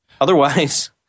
Otherwise